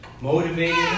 motivated